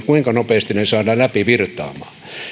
kuinka nopeasti ne saadaan läpi virtaamaan